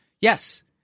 yes